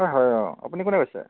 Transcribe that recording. হয় হয় অঁ আপুনি কোনে কৈছে